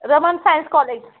Raman science college